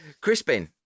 Crispin